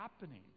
happening